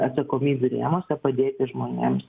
atsakomybių rėmuose padėti žmonėms